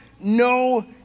no